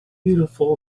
beautiful